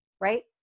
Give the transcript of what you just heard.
right